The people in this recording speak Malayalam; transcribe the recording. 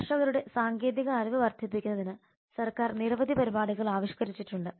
കർഷകരുടെ സാങ്കേതിക അറിവ് വർദ്ധിപ്പിക്കുന്നതിന് സർക്കാർ നിരവധി പരിപാടികൾ ആവിഷ്കരിച്ചിട്ടുണ്ട്